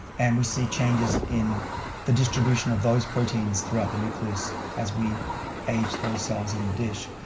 and we see changes in the distribution of those proteins throughout the nucleus as we age those cells in the dish.